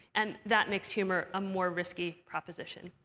and that makes humor a more risky proposition.